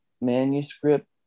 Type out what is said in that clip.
manuscript